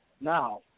Now